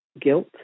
guilt